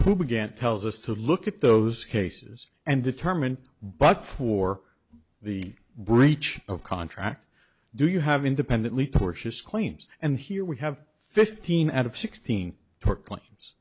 who began tells us to look at those cases and determine but for the breach of contract do you have independently tortious claims and here we have fifteen out of sixteen tort cla